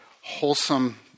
wholesome